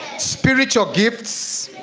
spiritual gifts